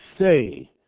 say